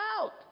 out